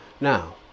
Now